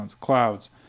clouds